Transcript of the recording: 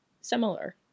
similar